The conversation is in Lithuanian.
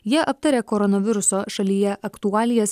jie aptarė koronaviruso šalyje aktualijas